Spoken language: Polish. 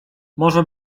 może